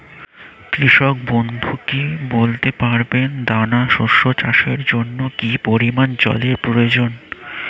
কৃষক বন্ধু কি বলতে পারবেন দানা শস্য চাষের জন্য কি পরিমান জলের প্রয়োজন?